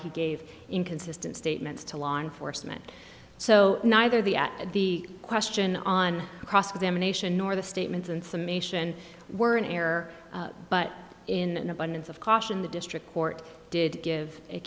he gave inconsistent statements to law enforcement so neither the at the question on cross examination nor the statements in summation were in error but in an abundance of caution the district court did give